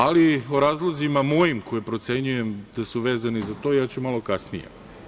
Ali, o razlozima mojim koje procenjujem da su vezani za to ja ću malo kasnije.